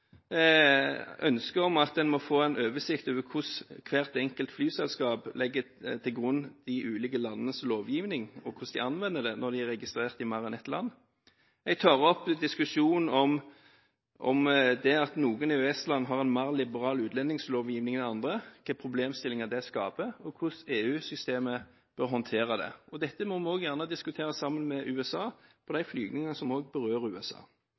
ønsket om at en må få en oversikt over hvordan hvert enkelt flyselskap legger til grunn de ulike landenes lovgivning, og hvordan de anvender det når de er registrert i mer enn ett land. Jeg tar opp diskusjonen om det at noen EØS-land har en mer liberal utlendingslovgivning enn andre, hvilke problemstillinger det skaper, og hvordan EU-systemet bør håndtere det. Dette må vi også gjerne diskutere sammen med USA, for det er flygninger som også berører USA.